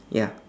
ya